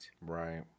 right